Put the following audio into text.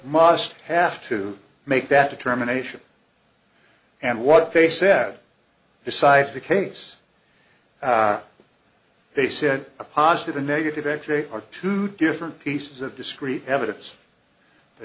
must have to make that determination and what they said decides the case they said a positive and negative victory are two different pieces of discreet evidence the